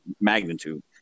magnitude